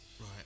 Right